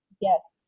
Yes